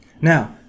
Now